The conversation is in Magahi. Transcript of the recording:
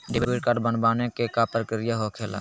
डेबिट कार्ड बनवाने के का प्रक्रिया होखेला?